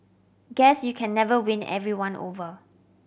guess you can never win everyone over